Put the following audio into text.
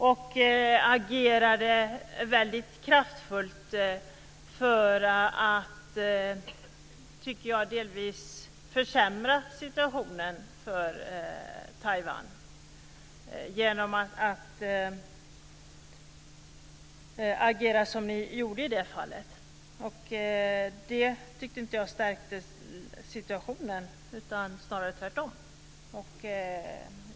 Ni agerade väldigt kraftfullt för delvis försämra situationen för Taiwan. Det tyckte jag inte stärkte situationen, utan snarare tvärtom.